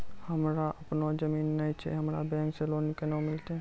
हमरा आपनौ जमीन नैय छै हमरा बैंक से लोन केना मिलतै?